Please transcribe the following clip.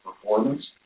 performance